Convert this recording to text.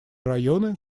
районы